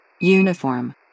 Uniform